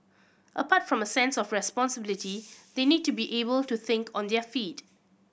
apart from a sense of responsibility they need to be able to think on their feet